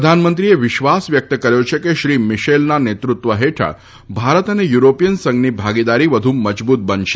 પ્રધાનમંત્રીએ વિશ્વાસ વ્યક્ત કર્યો છે કે શ્રી મિશેલના નેતૃત્વ હેઠળ ભારત અને યુરોપિયન સંઘની ભાગીદારી વધુ મજબૂત બનશે